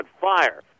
fire